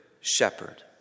shepherd